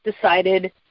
decided